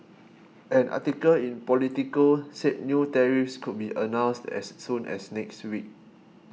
an article in Politico said new tariffs could be announced as soon as next week